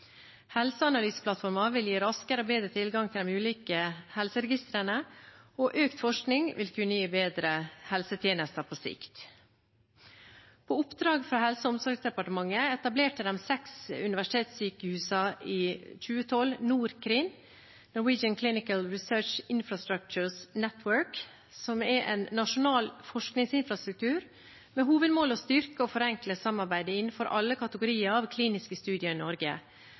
Helseanalyseplattformen vil gi raskere og bedre tilgang til de ulike helseregistrene, og økt forskning vil kunne gi bedre helsetjenester på sikt. På oppdrag fra Helse- og omsorgsdepartementet etablerte de seks universitetssykehusene i 2012 NorCRIN, Norwegian Clinical Research Infrastructures Network, som er en nasjonal forskningsinfrastruktur med hovedmål å styrke og forenkle samarbeidet innenfor alle kategorier av kliniske studier i Norge